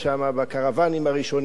בקרוונים הראשונים,